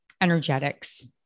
energetics